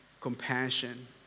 compassion